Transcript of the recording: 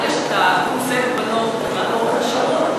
ברגע שאתה קוצב בנות מבחינת אורך השירות,